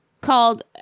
called